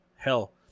Hell